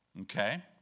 okay